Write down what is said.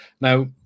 Now